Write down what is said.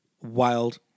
wild